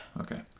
Okay